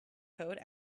code